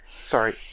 Sorry